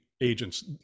agents